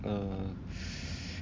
err